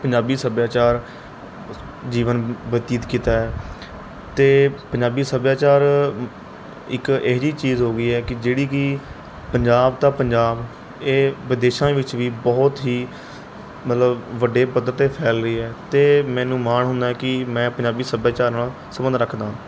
ਪੰਜਾਬੀ ਸੱਭਿਆਚਾਰ ਜੀਵਨ ਬਤੀਤ ਕੀਤਾ ਹੈ ਅਤੇ ਪੰਜਾਬੀ ਸੱਭਿਆਚਾਰ ਇੱਕ ਇਹੋ ਜਿਹੀ ਚੀਜ਼ ਹੋ ਗਈ ਹੈ ਕਿ ਜਿਹੜੀ ਕਿ ਪੰਜਾਬ ਤਾਂ ਪੰਜਾਬ ਇਹ ਵਿਦੇਸ਼ਾਂ ਵਿੱਚ ਵੀ ਬਹੁਤ ਹੀ ਮਤਲਬ ਵੱਡੇ ਪੱਧਰ 'ਤੇ ਫੈਲ ਰਹੀ ਹੈ ਅਤੇ ਮੈਨੂੰ ਮਾਣ ਹੁੰਦਾ ਏ ਕਿ ਮੈਂ ਪੰਜਾਬੀ ਸੱਭਿਆਚਾਰ ਨਾਲ ਸੰਬੰਧ ਰੱਖਦਾ